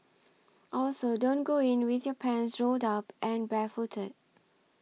also don't go in with your pants rolled up and barefooted